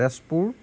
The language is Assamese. তেজপুৰ